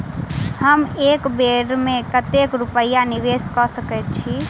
हम एक बेर मे कतेक रूपया निवेश कऽ सकैत छीयै?